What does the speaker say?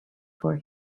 for